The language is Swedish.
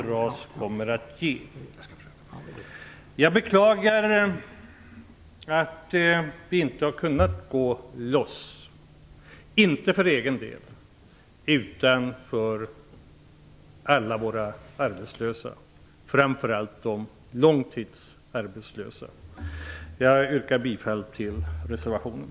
RAS kommer att ge. Jag beklagar att vi inte har kunnat gå loss, inte för egen del utan för alla våra arbetslösa, framför allt de långtidsarbetslösa. Jag yrkar bifall till reservationen.